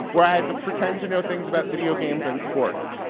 where i had to pretend to know things about video games and sports.